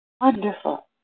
Wonderful